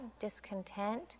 discontent